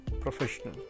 professional